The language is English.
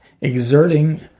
exerting